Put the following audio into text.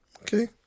Okay